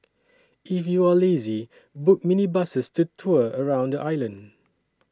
if you are lazy book minibuses to tour around the island